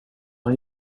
han